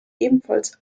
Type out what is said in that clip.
ebenfalls